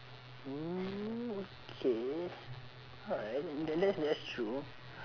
mm okay alright then that's that's true